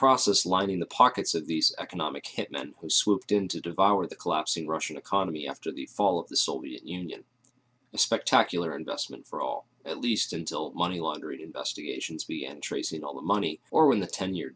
process lining the pockets of these economic hit men who swooped in to devour the collapsing russian economy after the fall of the soviet union a spectacular investment for all at least until money laundering investigations the entries in all the money or when the ten year